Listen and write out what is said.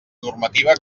normativa